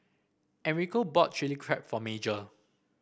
Enrico bought Chili Crab for Major